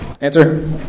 Answer